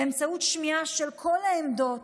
באמצעות שמיעה של כל העמדות,